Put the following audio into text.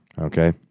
okay